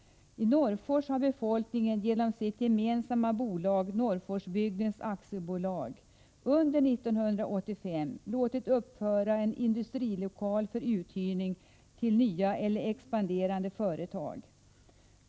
I Norrfors har befolkningen genom sitt gemensamma bolag, Norrforsbygdens AB, under 1985 låtit uppföra en industrilokal för uthyrning till nya eller expanderande företag.